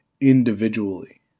individually